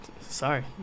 sorry